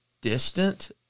distant